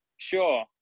Sure